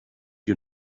you